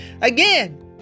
Again